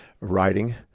writing